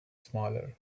smaller